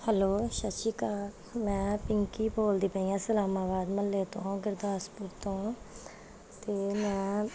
hello ਸਤਿ ਸ਼੍ਰੀ ਅਕਾਲ ਮੈਂ ਪਿੰਕੀ ਬੋਲਦੀ ਪਈ ਹਾਂ ਇਸਲਾਮਾਬਾਦ ਮੁਹੱਲੇ ਤੋਂ ਗੁਰਦਾਸਪੁਰ ਤੋਂ ਅਤੇ ਮੈਂ